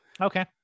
okay